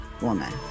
woman